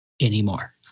Anymore